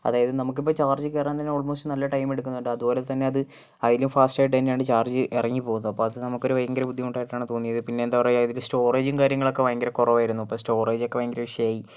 അതായത് നമുക്ക് ഇപ്പോൾ ചാർജ് കയറാൻ തന്നെ ഓൾമോസ്റ്റ് നല്ല ടൈം എടുക്കുന്നുണ്ട് അതുപോലെ തന്നെ അത് അതിലും ഫാസ്റ്റ് ആയിട്ട് തന്നെയാണ് ചാർജ് ഇറങ്ങിപ്പോകുന്നത് അപ്പോൾ അത് നമുക്ക് ഭയങ്കര ബുദ്ധിമുട്ടായിട്ടാണ് തോന്നിയത് പിന്നെന്താ പറയുക ഇതിൽ സ്റ്റോറേജും കാര്യങ്ങളും ഒക്കെ ഭയങ്കര കുറവായിരുന്നു അപ്പോൾ സ്റ്റോറേജൊക്കെ ഭയങ്കര വിഷയമായി